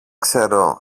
ξέρω